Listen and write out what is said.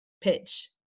pitch